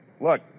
look